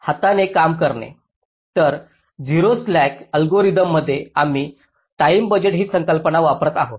तर 0 slack algorithm मध्ये आम्ही टाईम बजेट ही संकल्पना वापरत आहोत